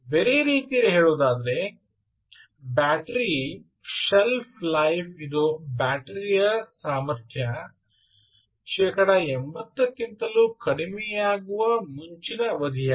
ಬೇರೆ ರೀತಿಯಲ್ಲಿ ಹೇಳುವುದಾದರೆ ಬ್ಯಾಟರಿ ಶೆಲ್ಫ್ ಲೈಫ್ ಇದು ಬ್ಯಾಟರಿಯ ಸಾಮರ್ಥ್ಯ ಶೇಕಡಾ 80 ಕ್ಕಿಂತಲೂ ಕಡಿಮೆಯಾಗುವ ಮುಂಚಿನ ಅವಧಿಯಾಗಿದೆ